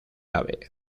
ave